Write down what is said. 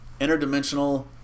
interdimensional